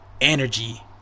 energy